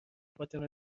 فاطمه